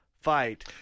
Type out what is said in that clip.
fight